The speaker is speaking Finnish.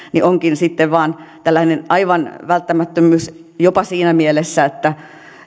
onkin sitten vain aivan välttämättömyys jopa siinä mielessä että